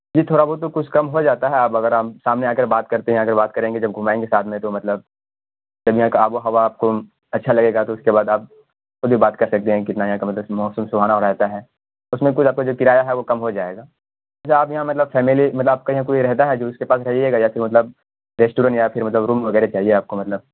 جی تھوڑا بہت تو کچھ کم ہو جاتا ہے آپ اگر آپ سامنے آ کر بات کرتے ہیں اگر بات کریں گے جب گھمائیں گے ساتھ میں تو مطلب پورنیہ کا آب و ہوا آپ کو اچھا لگے گا تو اس کے بعد آپ خود بھی بات کر سکتے ہیں کتنا یہاں کا مطلب موسم سہانا رہتا ہے اس میں کل آپ جو کرایہ ہے وہ کم ہو جائے گا اچھا آپ یہاں مطلب فیملی مطلب آپ کا یہاں کوئی رہتا ہے جو اس کے پاس رہیے گا یا پھر مطلب ریسٹورنٹ یا پھر روم وغیرہ چاہیے آپ کو مطلب